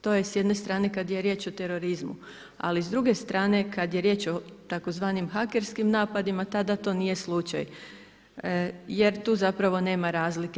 To je s jedne strane kada je riječ o terorizmu, ali s druge strane, kada je riječ o tzv. hakerskim napadima, tada to nije slučaj, jer tu zapravo nema razlike.